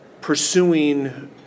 pursuing